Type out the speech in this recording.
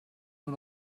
nur